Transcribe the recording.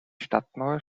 stadtmauer